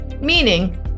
meaning